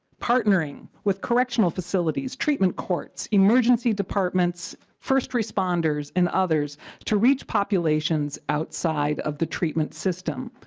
partnering with correctional facilities treatment courts emergency departments first responders and others to reach populations outside of the treatment system.